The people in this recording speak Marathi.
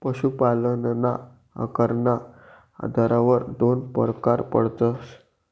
पशुपालनना आकारना आधारवर दोन परकार पडतस